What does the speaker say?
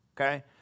Okay